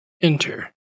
enter